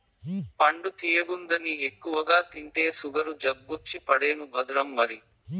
పండు తియ్యగుందని ఎక్కువగా తింటే సుగరు జబ్బొచ్చి పడేను భద్రం మరి